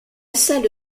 salle